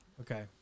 Okay